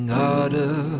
harder